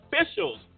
officials